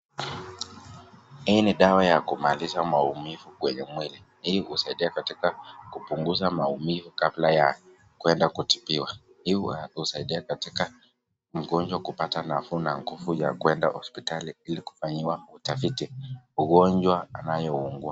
Hii ni dawa ya kumaliza maumivu kwenye mwili ili kusaidia katika kupunguza maumivu kabla ya kwenda kutibiwa, hii kusaidia katika mgonjwa kupata nafuu ya kwenda hospitali ili kufanya utafiti ugonjwa anayougua.